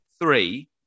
three